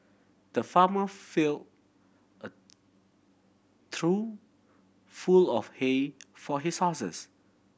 the farmer fill a through full of hay for his horses